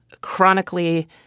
chronically